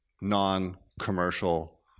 non-commercial